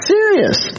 Serious